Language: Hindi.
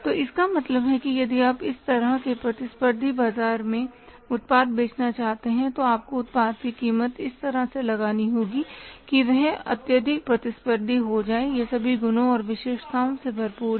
तो इसका मतलब है यदि आप इस तरह के प्रतिस्पर्धी बाजार में उत्पाद बेचना चाहते हैं तो आपको उत्पाद की कीमत इस तरह से लगानी होगी कि यह अत्यधिक प्रतिस्पर्धी हो यह सभी गुणों और विशेषताओं से भरपूर है